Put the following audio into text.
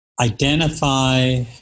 identify